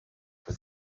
for